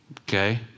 Okay